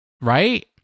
right